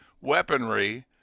weaponry